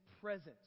presence